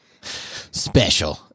Special